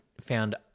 found